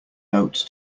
note